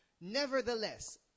Nevertheless